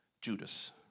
Judas